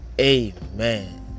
Amen